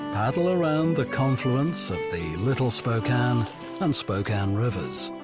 paddle around the confluence of the little spokane and spokane rivers.